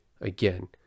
again